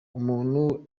ubumuntu